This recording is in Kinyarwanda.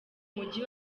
mujyi